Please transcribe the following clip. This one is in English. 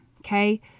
okay